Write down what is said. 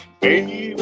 baby